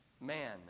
man